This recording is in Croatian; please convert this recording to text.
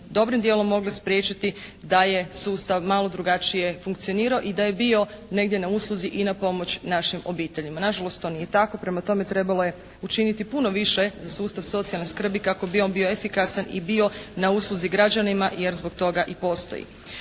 dobrim djelom mogle spriječiti da je sustav malo drugačije funkcionirao i da je bio negdje na usluzi i na pomoć našim obiteljima. Nažalost, to nije tako. Prema tome, trebalo je učiniti puno više za sustav socijalne skrbi kako bi on bio efikasan i bio na usluzi građanima jer zbog toga i postoji.